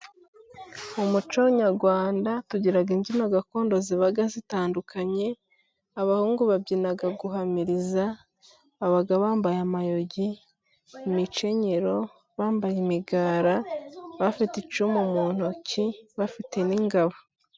Mu muco nyarwanda tugirqa imbyino gakondo ziba zitandukanye. Abahungu babyina bahamiriza baba bambaye amayugi, imikenyero bambaye imigara, bafite icumu mu ntoki bafite n'ingabo.